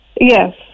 Yes